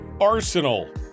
arsenal